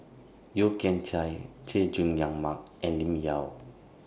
Yeo Kian Chai Chay Jung Jun Mark and Lim Yau